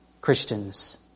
Christians